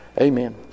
Amen